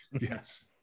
yes